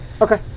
Okay